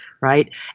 Right